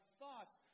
thoughts